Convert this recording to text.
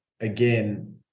Again